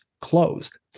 closed